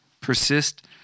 Persist